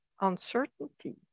uncertainty